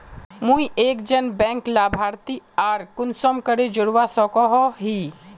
मुई एक जन बैंक लाभारती आर कुंसम करे जोड़वा सकोहो ही?